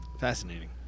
Fascinating